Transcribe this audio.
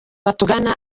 batugana